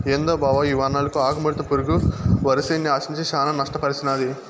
ఏందో బావ ఈ వానలకు ఆకుముడత పురుగు వరిసేన్ని ఆశించి శానా నష్టపర్సినాది